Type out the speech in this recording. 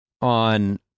on